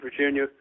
Virginia